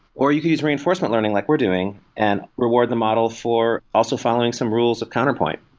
or you could use reinforcement learning like we're doing and reward the model for also following some rules of counterpoint.